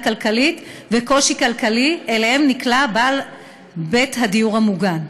כלכלית וקושי כלכלי שנקלע אליהם בעל בית הדיור המוגן.